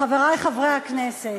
חברי חברי הכנסת,